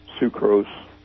sucrose